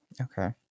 Okay